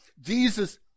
Jesus